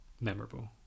memorable